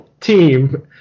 team